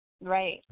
right